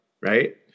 right